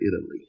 Italy